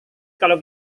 kalau